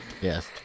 Yes